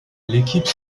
l’équipe